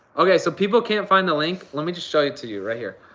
okay so people can't find the link. let me just show it to you right here.